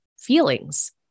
feelings